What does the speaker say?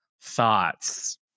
Thoughts